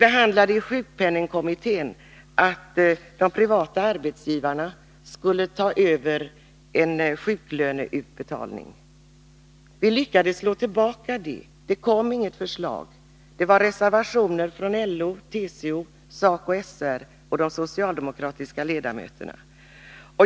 I sjukpenningkommittén behandlade vi förslag om att de privata arbetsgivarna skulle ta över sjuklöneutbetalningen. Vi lyckades slå tillbaka de attackerna. Det kom inget sådant förslag. På den punkten förelåg reservationer från LO, TCO, SACO/SR och de socialdemokratiska ledamöterna.